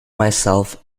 myself